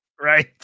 Right